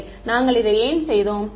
மாணவர் நாங்கள் இதை ஏன் செய்தோம்